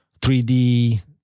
3D